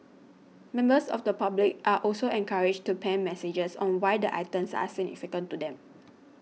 members of the public are also encouraged to pen messages on why the items are significant to them